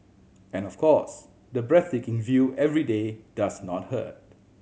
and of course the breathtaking view every day does not hurt